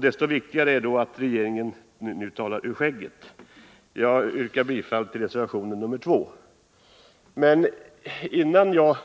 Desto viktigare är det då att regeringen nu talar ur skägget. Jag yrkar bifall till reservation 2. Innan jag